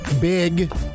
big